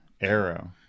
arrow